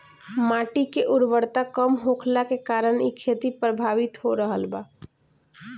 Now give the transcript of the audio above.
माटी के उर्वरता कम होखला के कारण इ खेती प्रभावित हो रहल बा